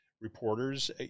reporters